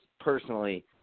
personally